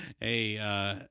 hey